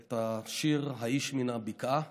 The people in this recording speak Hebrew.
את השיר "האיש מן הבקעה",